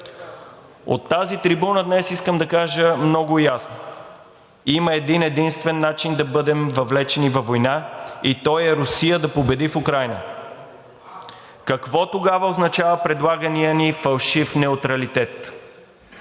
от тази трибуна искам да кажа много ясно: има един-единствен начин да бъдем въвлечени във война и той е Русия да победи в Украйна. Какво тогава означава предлаганият ни фалшив неутралитет?